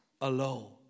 alone